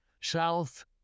south